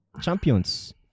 champions